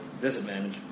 Disadvantage